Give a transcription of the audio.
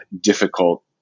difficult